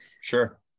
Sure